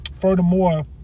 furthermore